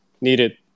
needed